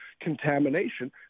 contamination